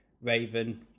Raven